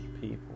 people